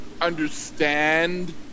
understand